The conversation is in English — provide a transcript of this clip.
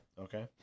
Okay